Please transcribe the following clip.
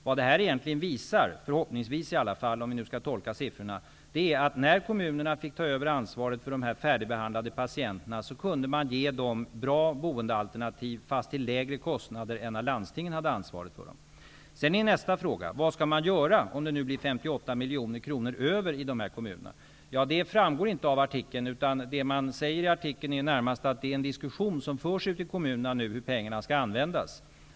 Vad detta förhoppningsvis visar, om vi skall tolka siffrorna, är att kommunerna kunde ge de färdigbehandlade patienterna bra boendealternativ till lägre kostnader än när landstingen hade ansvaret för dem. Nästa fråga gäller vad man skall göra om det nu blir 58 miljoner kronor över i dessa kommuner. Det framgår inte av artikeln. Det man säger där är närmast att en diskussion om hur pengarna skall användas nu förs ute i kommunerna.